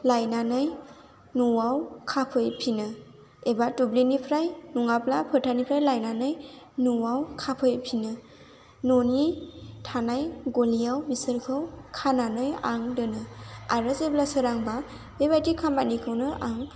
लायनानै न'आव खाफैफिनो एबा दुब्लिनिफ्राय नङाब्ला फोथारनिफ्राय लायनानै न'आव खाफैफिनो न'नि थानाय गलियाव खानानै आं दोनो आरो जेब्ला सोरांबा बेबायदि खामानिखौनो आं